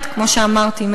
כמו שאמרתי,